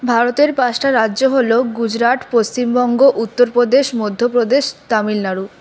ভারতের পাঁচটা রাজ্য হল গুজরাট পশ্চিমবঙ্গ উত্তরপ্রদেশ মধ্যপ্রদেশ তামিলনাড়ু